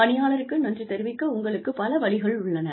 பணியாளர்களுக்கு நன்றி தெரிவிக்க உங்களுக்கு பல வழிகள் உள்ளன